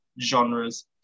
genres